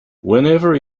whenever